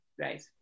Right